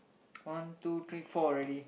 one two three four already